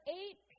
eight